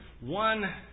one